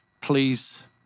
Please